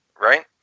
right